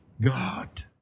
God